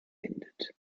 findet